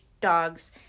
dogs